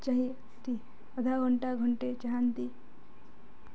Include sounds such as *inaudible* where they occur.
ଚାହିଁ *unintelligible* ଅଧା ଘଣ୍ଟା ଘଣ୍ଟେ ଚାହାନ୍ତି